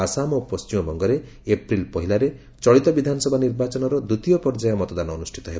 ଆସାମ ଓ ପଶ୍ଚିମବଙ୍ଗରେ ଏପ୍ରିଲ୍ ପହିଲାରେ ଚଳିତ ବିଧାନସଭା ନିର୍ବାଚନର ଦ୍ୱିତୀୟ ପର୍ଯ୍ୟାୟ ମତଦାନ ଅନୁଷ୍ଠିତ ହେବ